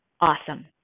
awesome